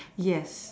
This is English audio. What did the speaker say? yes